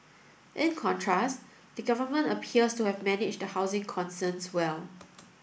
in contrast the government appears to have managed the housing concerns well